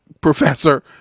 professor